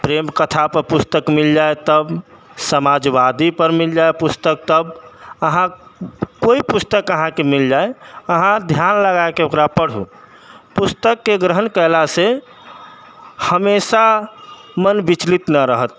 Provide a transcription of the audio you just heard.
प्रेम कथा पर पुस्तक मिल जायत तब समाजवादी पर मिल जायत पुस्तक तब अहाँ कोइ पुस्तक अहाँ के मिल जाय अहाँ ध्यान लगाके ओकरा पढू पुस्तक के ग्रहण कयला से हमेशा मन विचलित ना रहत